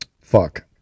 Fuck